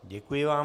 Děkuji vám.